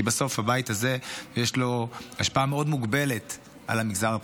כי בסוף הבית הזה יש לו השפעה מאוד מוגבלת על המגזר הפרטי.